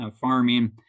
Farming